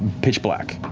pitch black.